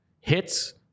hits